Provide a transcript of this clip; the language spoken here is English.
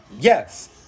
Yes